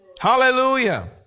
Hallelujah